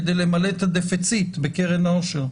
כדי למלא את הרווח "בקרן האושר".